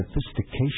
sophistication